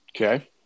Okay